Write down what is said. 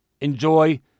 enjoy